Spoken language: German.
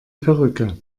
perücke